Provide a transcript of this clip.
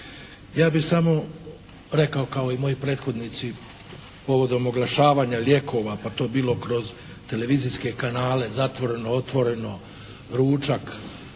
Ja bih samo rekao kao i moji prethodnici povodom oglašavanja lijekova pa to bilo kroz televizijske kanale, "Zatvoreno", "Otvoreno", "Ručak",